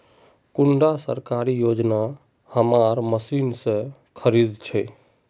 कुंडा सरकारी योजना हमार मशीन से खरीद छै?